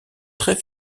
très